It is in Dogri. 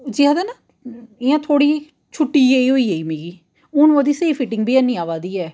जि'यां आखदे ना इ'यां थोह्ड़ी छुट्टी जेही होई गेई मिगी हून ओह्दी सेही फीटिंग बी हैन्नीं आवै दी ऐ